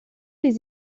les